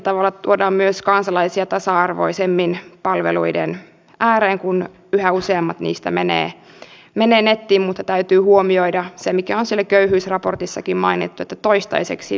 muun muassa joukkoliikenteen ja laajemmin liikkumisen palveluiden ääreen kun yhä useammat niistä mene mene nätti mutta kehittäminen yhteiskäyttöiseksi lykkääntyy mikä asenne köyhyysraportissakin mainittu toistaiseksi